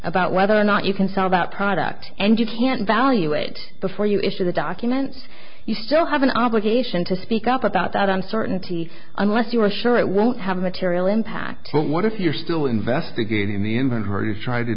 about whether or not you can sell about product and you can't value it before you issue the documents you still have an obligation to speak up about that uncertainty unless you're sure it won't have a material impact but what if you're still investigating the inventory to try to